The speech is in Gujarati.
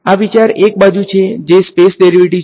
આ વિચાર એક બાજુ છે જે સ્પેસ ડેરીવેટીવ છે